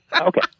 Okay